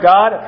God